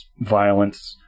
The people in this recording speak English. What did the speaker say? violence